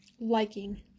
liking